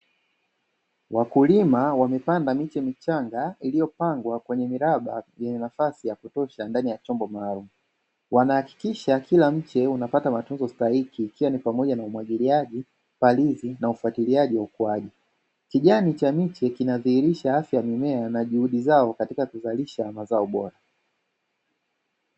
Wakulima wamepanda miche michanga iliyopangwa kwenye miraba yenye nafasi ya kutosha ndani ya chombo maalumu, wanahakikisha kila mche unapata matunzo stahiki ikiwa ni pamoja na umwagiliaji, palizi na ufuatiliaji wa ukuaji, kijani cha miche kinadhihirisha afya ya mimea na juhudi zao katika kuzalisha mazao bora.